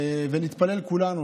נתפלל כולנו